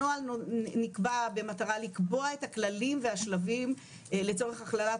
הנוהל נקבע במטרה לקבוע את הכללים והשלבים לצורך הכללת